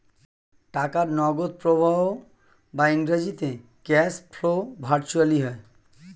টাকার নগদ প্রবাহ বা ইংরেজিতে ক্যাশ ফ্লো ভার্চুয়ালি হয়